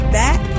back